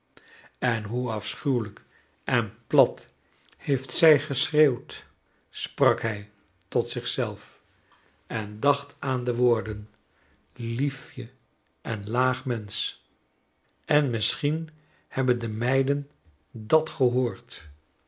en hoe afschuwelijk en plat heeft zij geschreeuwd sprak hij tot zich zelf en dacht aan de woorden liefje en laag mensch en misschien hebben de meiden dat gehoord